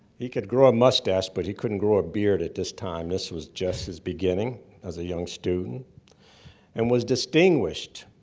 he could grow a mustache, but he couldn't grow a beard at this time. this was just his beginning as a young student and was distinguished.